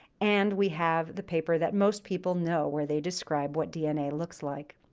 and we have the paper that most people know where they describe what dna looks like.